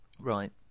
right